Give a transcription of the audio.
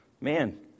man